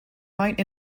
might